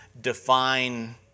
define